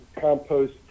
compost